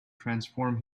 transform